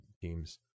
teams